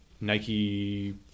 Nike